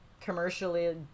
commercially